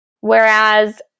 whereas